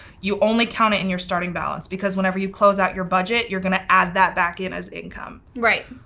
you only count it in your starting balance. because whenever you close out your budget, you're gonna add that back in as income. right,